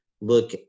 look